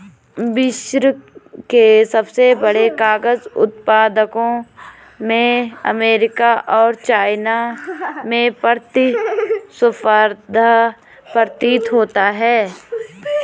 विश्व के सबसे बड़े कागज उत्पादकों में अमेरिका और चाइना में प्रतिस्पर्धा प्रतीत होता है